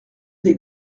des